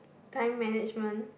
time management